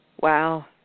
Wow